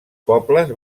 pobles